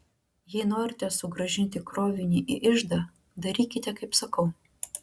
jei norite sugrąžinti krovinį į iždą darykite kaip sakau